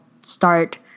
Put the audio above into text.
start